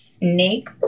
snake